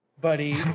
buddy